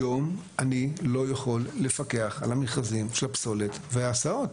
היום אני לא יכול לפקח על המכרזים של הפסולת וההסעות.